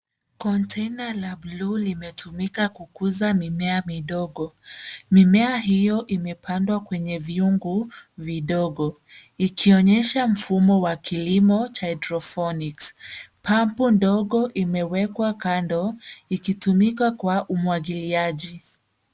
Container la bluu limetumika kukuza mimea midogo, mimea hiyo imepandwa kwenye viungu vidogo ikionyesha mfumo wa kilimo cha hydoponics cs] pump ndogo imewekwa kando ikitumika kwa umwagiliaji.